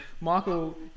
Michael